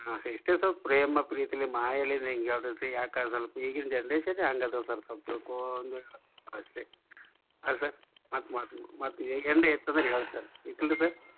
ಹಾಂ ಇಷ್ಟೆ ಸ್ವಲ್ಪ್ ಪ್ರೇಮ ಪ್ರೀತಿಲಿ ಮಾಯೆಲಿ ಯಾಕೆ ಸ್ವಲ್ಪ ಈಗಿನ ಜನ್ರೇಷನ್ನೇ ಹಂಗದವ ಸರ್ ಸ್ವಲ್ಪ ಅಷ್ಟೆ ಹಾಂ ಸರ್ ಮತ್ತು ಮಾತಿಗು ಮತ್ತು ಹೀಗೆ ಏನರ ಇತ್ತಂದ್ರೆ ಹೇಳಿರಿ ಸರ ಇಡ್ಲ್ ಸರ್